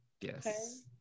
yes